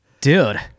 dude